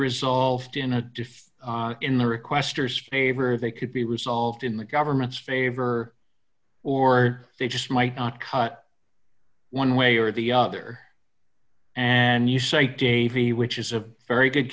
resolved in a in the requesters favor or they could be resolved in the government's favor or they just might not cut one way or the other and you say davy which is a very good